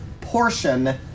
portion